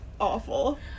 awful